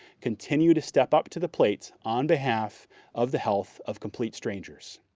continue to step up to the plate on behalf of the health of complete strangers.